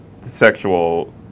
sexual